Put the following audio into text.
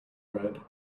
red